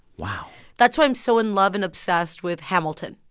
wow that's why i'm so in love and obsessed with hamilton.